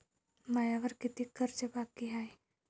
मायावर कितीक कर्ज बाकी हाय?